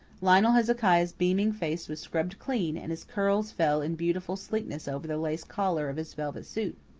lionel hezekiah's beaming face was scrubbed clean, and his curls fell in beautiful sleekness over the lace collar of his velvet suit.